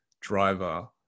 driver